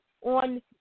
on